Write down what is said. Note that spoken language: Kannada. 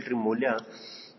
CLtrim ಮೌಲ್ಯ 0